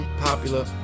popular